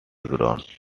underground